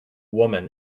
woman